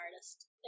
artist